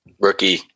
rookie